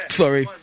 sorry